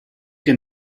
can